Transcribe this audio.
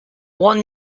one